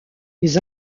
les